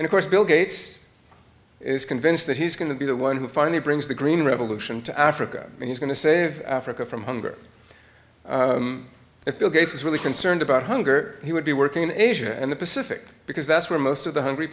and of course bill gates is convinced that he's going to be the one who finally brings the green revolution to africa and he's going to save africa from hunger if bill gates was really concerned about hunger he would be working in asia and the pacific because that's where most of the hungry